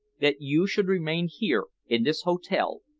that you should remain here, in this hotel,